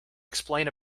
explain